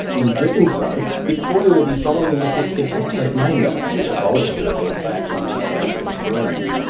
in doing so, victoria will be following in the footsteps of tasmania, which abolished the defence back in two thousand and three.